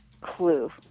clue